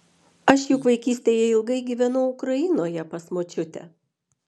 aš juk vaikystėje ilgai gyvenau ukrainoje pas močiutę